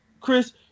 Chris